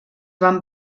van